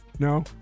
No